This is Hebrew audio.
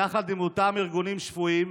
יחד עם אותם ארגונים שפויים,